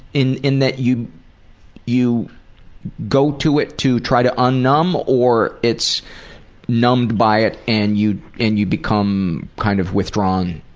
in in that you you go to it to try to unnumb or it's numbed by it and you and you become kind of withdrawn?